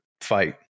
fight